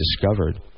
discovered